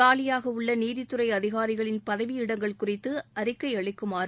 காலியாக உள்ள நீதித்துறை அதிகாரிகளின் பதவியிடங்கள் குறித்து அறிக்கை அளிக்குமாறு